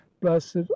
blessed